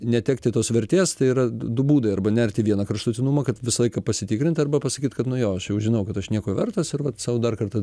netekti tos vertės tai yra du būdai arba nerti į vieną kraštutinumą kad visą laiką pasitikrint arba pasakyt kad nu jo aš jau žinau kad aš nieko vertas ir vat sau dar kartą